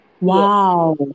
Wow